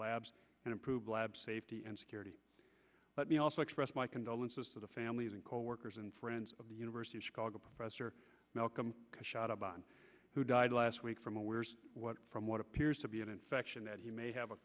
labs and improve lab safety and security let me also express my condolences to the families and coworkers and friends of the university of chicago professor malcolm shabazz who died last week from aware from what appears to be an infection that he may have a